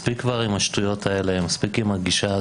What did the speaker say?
מספיק כבר עם השטויות האלה, מספיק עם הגישה הזו.